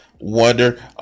Wonder